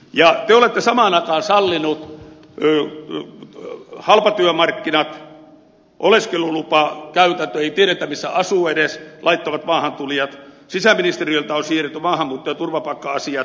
ja te olette samaan aikaan sallineet halpatyömarkkinat oleskelulupakäytännössä ei tiedetä missä asuvat edes laittomat maahantulijat sisäministeriöltä on siirretty maahanmuutto ja turvapaikka asiat